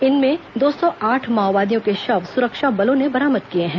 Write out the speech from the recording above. इनमें दो सौ आठ माओवादियों के शव सुरक्षा बलों ने बरामद किए हैं